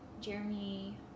Jeremy